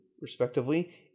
respectively